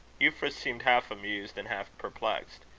euphra seemed half amused and half perplexed.